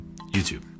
YouTube